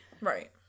Right